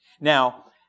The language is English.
Now